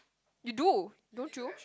you do don't you